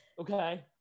Okay